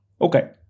Okay